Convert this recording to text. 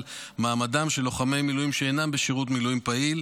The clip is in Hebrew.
על מעמדם של לוחמי מילואים שאינם בשירות מילואים פעיל.